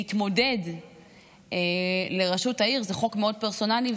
להתמודד לראשות העיר, זה חוק מאוד פרסונלי.